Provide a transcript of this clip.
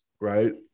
right